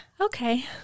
okay